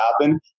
happen